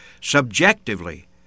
subjectively